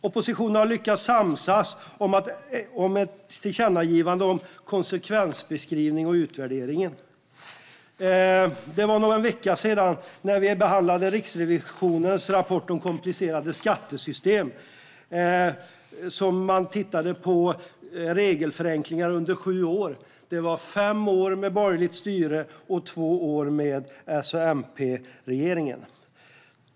Oppositionen har lyckats samsas om ett tillkännagivande om konsekvensbeskrivning och utvärderingen. Vi behandlade för någon vecka sedan Riksrevisionens rapport om komplicerade skattesystem. Man tittade på regelförenklingar under sju år. Det var fem år med borgerligt styre och två år med S och MP-regeringen.